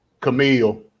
Camille